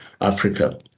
Africa